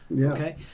Okay